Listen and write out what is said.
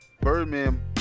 Birdman